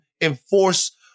enforce